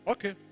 Okay